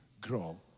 grow